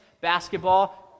basketball